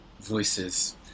voices